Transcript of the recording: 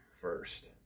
first